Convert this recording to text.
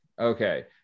Okay